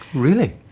really?